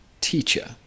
teacher